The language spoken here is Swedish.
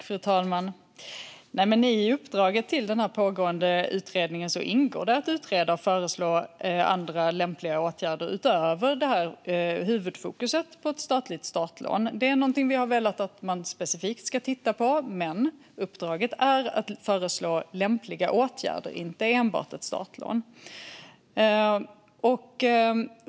Fru talman! I uppdraget till den pågående utredningen ingår det att utreda och föreslå andra lämpliga åtgärder utöver det här huvudfokuset på ett statligt startlån. Det är någonting vi har velat att man specifikt ska titta på, men uppdraget är att föreslå lämpliga åtgärder och inte enbart ett startlån.